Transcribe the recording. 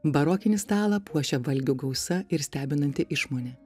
barokinį stalą puošia valgių gausa ir stebinanti išmonė